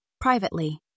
privately